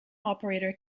operator